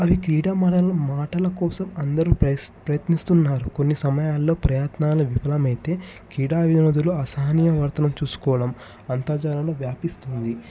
అది కీటం వలన మాటల కోసం అందరూ ప్రయత్నిస్తున్నారు కొన్ని సమయాల్లో ప్రయత్నాలు విఫలమైతే క్రీడా వ్యవధిలో అసహన్య వర్తనం చూసుకోవడం అంత జనంలో వ్యాపిస్తుంది